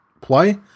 play